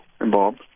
involved